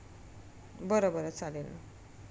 बरं बरं चालेल ना